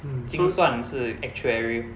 精算是 actuary